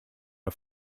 are